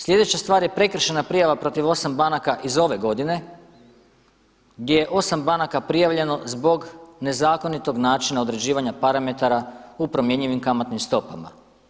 Slijedeća stvar je prekršajna prijava protiv 8 banaka iz ove godine gdje je 8 banaka prijavljeno zbog nezakonitog načina određivanja parametara u promjenjivim kamatnim stopama.